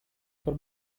for